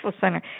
center